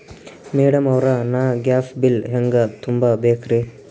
Madam ಅವ್ರ, ನಾ gas bill ಹೆಂಗ ತುಂಬಾ ಬೇಕ್ರಿ?